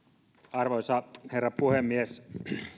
arvoisa herra puhemies